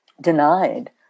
denied